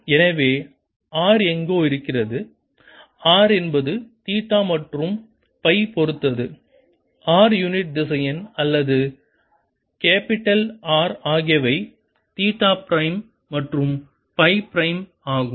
எனவே R எங்கோ இருக்கிறது r என்பது தீட்டா மற்றும் சை பொறுத்தது R யூனிட் திசையன் அல்லது கேப்பிட்டல் R ஆகியவை தீட்டா பிரைம் மற்றும் பை பிரைம் ஆகும்